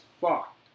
fucked